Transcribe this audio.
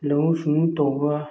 ꯂꯧꯎ ꯁꯤꯡꯎ ꯇꯧꯕ